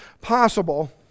possible